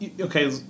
Okay